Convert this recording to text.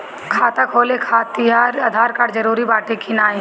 खाता खोले काहतिर आधार कार्ड जरूरी बाटे कि नाहीं?